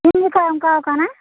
ᱛᱤᱱ ᱠᱷᱚᱡ ᱮ ᱚᱝᱠᱟᱣ ᱠᱟᱱᱟ